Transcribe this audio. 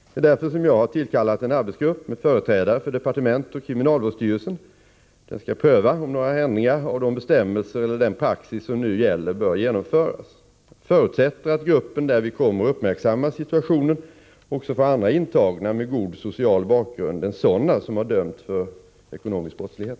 Det är därför som jag har tillkallat en arbetsgrupp med företrädare för departementet och kriminalvårdsstyrelsen. Den skall pröva om några ändringar av de bestämmelser eller den praxis som nu gäller bör genomföras. Jag förutsätter att gruppen därvid kommer att uppmärksamma situationen även för andra intagna med god social bakgrund än sådana som har dömts för ekonomisk brottslighet.